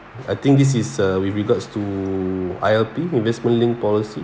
I think this is uh with regards to I_L_P investment linked policies